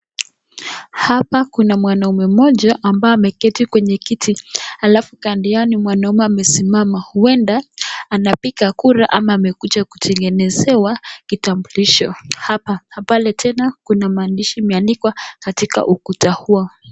Hapa kuna mwanaume mmoja ambaye ameketi kwenye kiti alafu kando yao ni mwanaume amesimama huenda anapiga kura ama amekuja kutengenezewa kitambulisho hapa. Pale tena kuna maandishi imeandikwa katika ukuta huo.